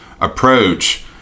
approach